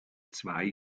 zwei